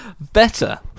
better